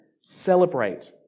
celebrate